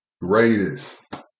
greatest